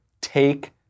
Take